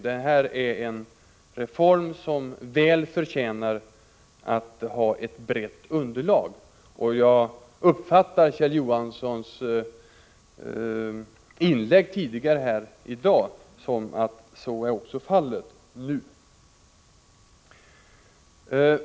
Det här är en reform som väl förtjänar ett brett underlag. Jag uppfattar Kjell Johanssons inlägg tidigare här som att så är fallet också nu.